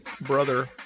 Brother